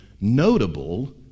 notable